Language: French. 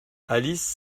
alice